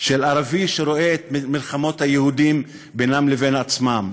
של ערבי שרואה את מלחמות היהודים בינם לבין עצמם.